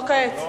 לא כעת.